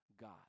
God